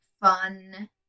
fun